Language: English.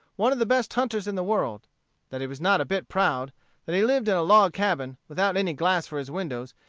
one of the best hunters in the world that he was not a bit proud that he lived in a log cabin, without any glass for his windows,